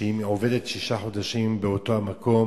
עובדת שישה חודשים באותו מקום,